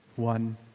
One